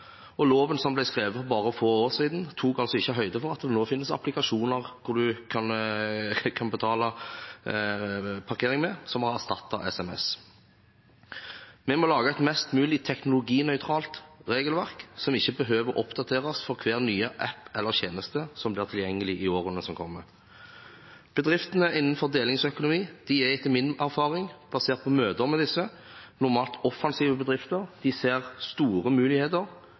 Loven, som ble skrevet for bare få år siden, tok altså ikke høyde for at det nå finnes applikasjoner hvor en kan betale parkering, som har erstattet SMS. Vi må lage et mest mulig teknologinøytralt regelverk, som ikke behøver å oppdateres for hver nye app eller tjeneste som blir tilgjengelig i årene som kommer. Bedriftene innenfor delingsøkonomi er etter min erfaring, basert på møter med disse, normalt offensive bedrifter. De ser store muligheter